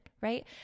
right